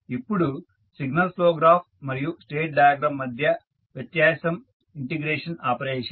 ఇప్పుడు signal flow graph మరియు state diagram మధ్య వ్యత్యాసం ఇంటిగ్రేషన్ ఆపరేషన్